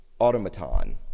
automaton